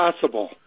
possible